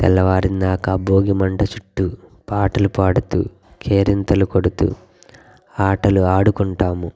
తెల్లవారే దాకా భోగిమంట చుట్టూ పాటలు పాడుతూ కేరింతలు కొడుతూ ఆటలు ఆడుకుంటాము